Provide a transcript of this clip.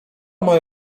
moja